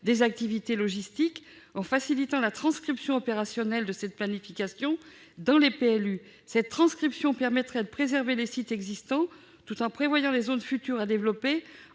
des activités logistiques en facilitant la transcription opérationnelle de cette planification dans les PLU. Cette transcription permettrait de préserver les sites existants, tout en prévoyant les zones à développer